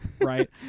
right